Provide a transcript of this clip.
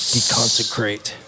Deconsecrate